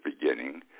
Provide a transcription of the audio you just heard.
beginning